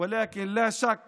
אבל אין ספק